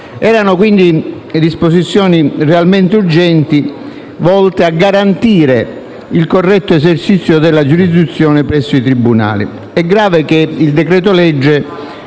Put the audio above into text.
Erano quindi disposizioni realmente urgenti, volte a garantire il corretto esercizio della giurisdizione presso i tribunali. È grave che il decreto-legge